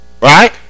Right